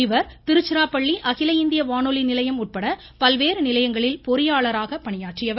இவர் திருச்சிராப்பள்ளி அகில இந்திய வானொலி நிலையம் உட்பட பல்வேறு நிலையங்களில் பொறியாளராக பணியாற்றியவர்